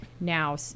now